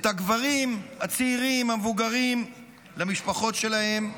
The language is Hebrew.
את הגברים, הצעירים, המבוגרים, למשפחות שלהם,